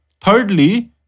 Thirdly